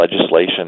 legislation